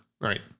Right